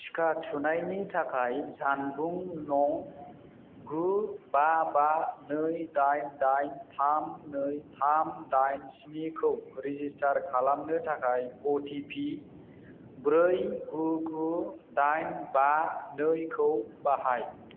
टिका थुनायनि थाखाय जानबुं नं गु बा बा नै डाइन डाइन थाम नै थाम डाइन स्निखौ रेजिस्टार खालामनो थाखाय अटिपि ब्रै गु गु डाइन बा नैखौ बाहाय